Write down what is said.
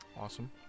Awesome